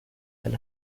and